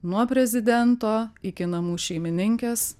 nuo prezidento iki namų šeimininkės